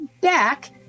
back